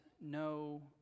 no